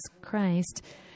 Christ